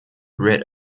rid